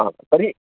ह तर्हि